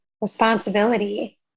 responsibility